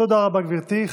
תודה רבה, גברתי.